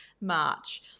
March